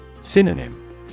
Synonym